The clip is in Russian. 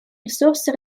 ресурсы